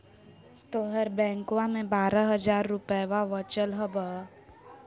तोहर बैंकवा मे बारह हज़ार रूपयवा वचल हवब